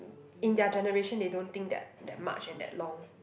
in their generation they don't think that that much and that long